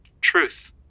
Truth